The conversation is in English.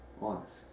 honest